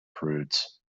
prudes